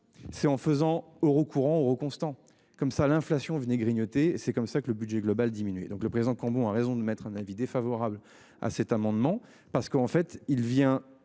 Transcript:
C'est en faisant euros courant constant comme ça l'inflation venaient grignoter c'est comme ça que le budget global diminue donc le présent Cambon a raison de mettre un avis défavorable à cet amendement parce qu'en fait il vient